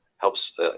helps